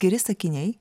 atskiri sakiniai